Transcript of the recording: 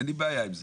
אין לי בעיה עם זה.